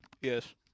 Yes